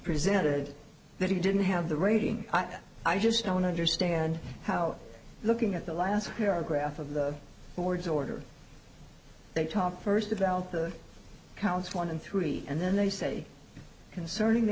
presented that he didn't have the reading i just don't understand how looking at the last paragraph of the board's order they talk first about the counts one and three and then they say concerning the